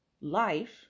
life